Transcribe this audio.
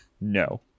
No